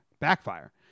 Backfire